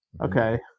Okay